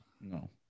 No